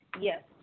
Yes